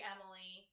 Emily